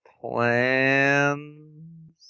plans